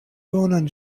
bonan